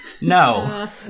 No